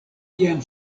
kiam